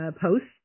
posts